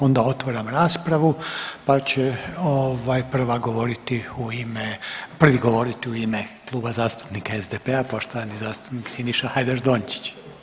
Onda otvaram raspravu, pa će ovaj prva govoriti u ime, prvi govoriti u ime Kluba zastupnika SDP-a, poštovani zastupnik Siniša Hajdaš Dončić.